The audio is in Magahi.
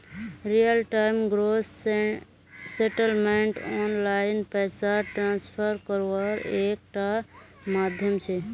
real time gross settlement online पैसा ट्रान्सफर कारवार एक टा माध्यम छे